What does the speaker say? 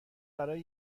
برای